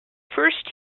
first